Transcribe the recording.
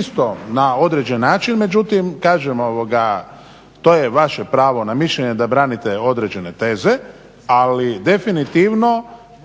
isto na određen način. Međutim, kažem, to je vaše pravo na mišljenje da branite određene teze ali definitivno